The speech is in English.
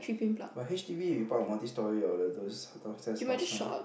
but H_D_B you park at multi storey or like those downstairs house kind